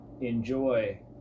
enjoy